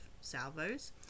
salvos